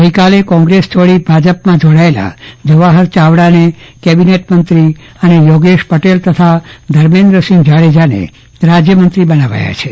ગઈકાલે કોંગ્રસ છોડી ભાજપમાં જોડાયલા જવાહર ચાવડાને કેબીનેટ મંત્રી અને યોગેશ પટેલ તથા ધર્મેન્દ્રસિંહ જાડેજાને રાજયમંત્રી બનાવાયા છે